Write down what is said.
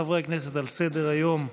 חברי הכנסת, על סדר-היום,